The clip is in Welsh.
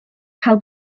cael